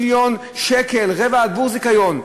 רבע מיליון שקל עבור זיכיון.